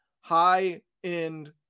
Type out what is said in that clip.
high-end